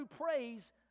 praise